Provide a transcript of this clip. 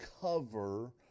cover